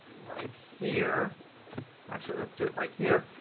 like here actually let's do it right here,